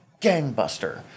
gangbuster